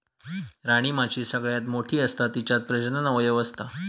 राणीमाशी सगळ्यात मोठी असता तिच्यात प्रजनन अवयव असता